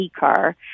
Ecar